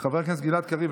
חבר הכנסת גלעד קריב,